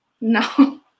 No